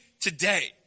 today